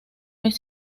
mes